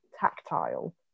Tactile